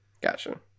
Gotcha